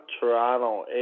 Toronto